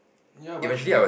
ya but actually